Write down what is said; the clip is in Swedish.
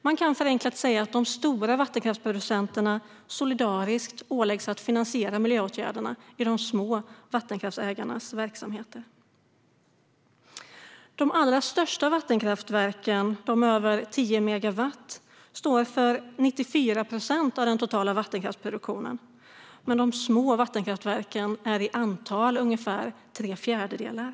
Man kan förenklat säga att de stora vattenkraftsproducenterna solidariskt åläggs att finansiera miljöåtgärder i de små vattenkraftsägarnas verksamheter. De allra största vattenkraftverken, med över 10 megawatt, står för 94 procent av den totala vattenkraftsproduktionen, men de små vattenkraftverken är i antal ungefär tre fjärdedelar.